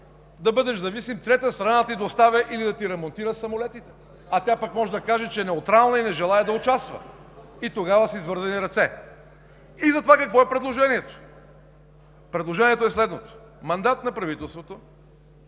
да бъдеш зависим – трета страна да ти доставя или да ремонтира самолетите, а пък тя може да каже, че е неутрална и не желае да участва, и тогава си с вързани ръце. Какво е предложението? Предложението е следното: мандат на правителството